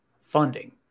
funding